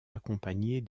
accompagner